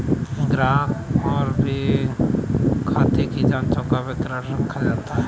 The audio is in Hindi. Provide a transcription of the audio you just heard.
ग्राहक और बैंक के बीच में ही खाते की जांचों का विवरण रखा जाता है